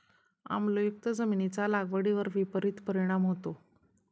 आम्लयुक्त जमिनीचा लागवडीवर विपरीत परिणाम होतो